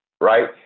right